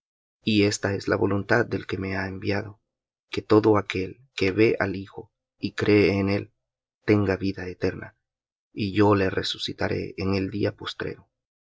y esta es la voluntad del que me ha enviado que todo aquel que ve al hijo y cree en él tenga vida eterna y yo le resucitaré en el día postrero